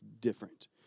different